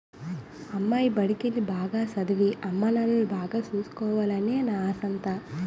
అమ్మాయి బడికెల్లి, బాగా సదవి, అమ్మానాన్నల్ని బాగా సూసుకోవాలనే నా ఆశంతా